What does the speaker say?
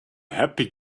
happy